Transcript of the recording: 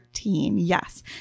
yes